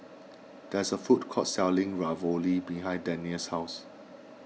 there is a food court selling Ravioli behind Dannielle's house